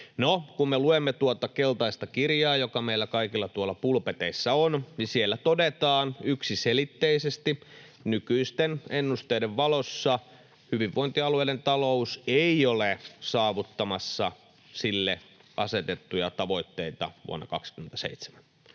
No, kun me luemme tuota keltaista kirjaa, joka meillä kaikilla tuolla pulpeteissa on, siellä todetaan yksiselitteisesti, että nykyisten ennusteiden valossa hyvinvointialueiden talous ei ole saavuttamassa sille asetettuja tavoitteita vuonna 27.